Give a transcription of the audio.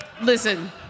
Listen